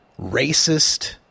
racist